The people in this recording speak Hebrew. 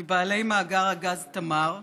מבעלי מאגר הגז תמר,